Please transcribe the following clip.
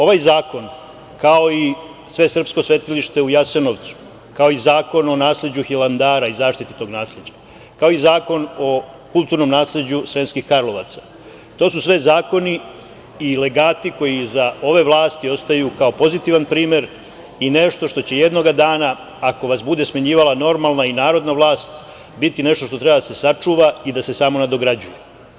Ovaj zakon, kao i svesrpsko svetilište u Jasenovcu, kao i zakon o nasleđu Hilandara i zaštiti tog nasleđa, kao i zakon o kulturnom nasleđu Sremskih Karlovaca, to su sve zakoni i legati koji iza ove vlasti ostaju kao pozitivan primer i nešto što će jednoga dana, ako vas bude smenjivala normalna i narodna vlast, biti nešto što treba da se sačuva i da se samo nadograđuje.